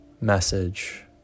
message